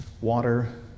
water